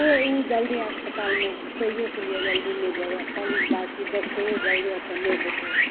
ओ ओ जल्दी अस्पतालोमे जल्दी घुसैओके लिए जल्दी नहि जाए रहै पहिल बात कि डॉकटरो जल्दी ओतए नहि भेटै